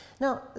now